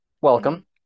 Welcome